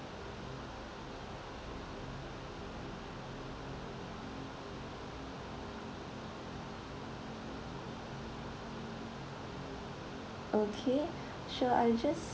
okay sure I just